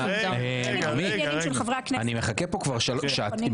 אתה תופס איזה פסיק ואומר: נבדוק את זה.